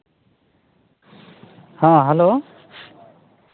ᱦᱮᱸ ᱦᱮᱞᱳ